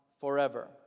forever